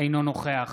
אינו נוכח